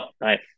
nice